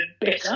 better